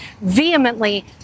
vehemently